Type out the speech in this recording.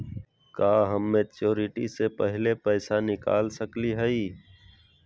का हम मैच्योरिटी से पहले पैसा निकाल सकली हई?